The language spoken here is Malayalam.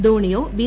ധോണിയോ ബി